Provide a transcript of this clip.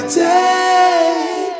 take